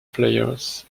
players